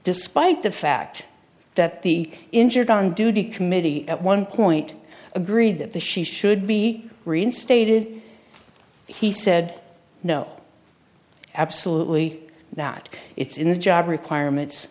despite the fact that the injured on duty committee at one point agreed that the she should be reinstated he said no absolutely that it's in the job requirements